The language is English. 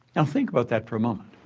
now think about that for a moment.